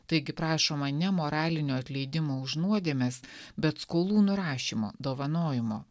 taigi prašoma ne moralinio atleidimo už nuodėmes bet skolų nurašymo dovanojimo